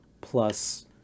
Plus